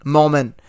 moment